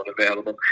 unavailable